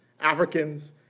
Africans